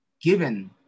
given